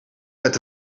met